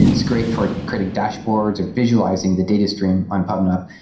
it's great for creating dashboards or visualizing the data stream on pubnub.